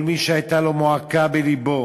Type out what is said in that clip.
כל מי שהייתה מועקה בלבו,